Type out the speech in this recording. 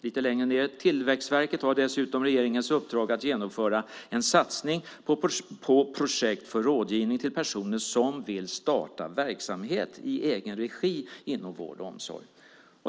Lite längre ned kan vi läsa: Tillväxtverket har dessutom regeringens uppdrag att genomföra en satsning på projekt för rådgivning till personer som vill starta verksamhet i egen regi inom vård och omsorg.